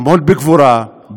עמוד בגבורה,